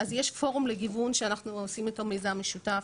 אז יש פורום לגיוון שאנחנו עושים במיזם משותף